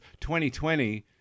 2020